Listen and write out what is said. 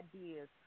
ideas